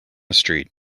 street